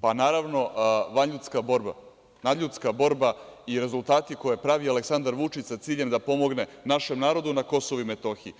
Pa, naravno, vanljudska borba i rezultati koje pravi Aleksandar Vučić, sa ciljem da pomogne našem narodu na KiM;